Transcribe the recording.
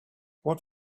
what